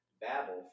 babble